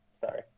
Sorry